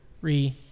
re